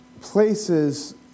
Places